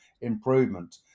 improvement